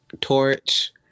torch